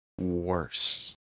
worse